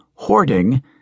hoarding